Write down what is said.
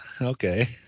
Okay